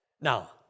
Now